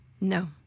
No